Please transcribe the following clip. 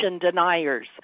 deniers